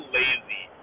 lazy